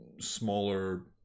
smaller